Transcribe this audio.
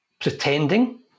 pretending